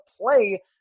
play